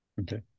Okay